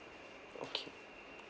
okay